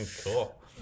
Cool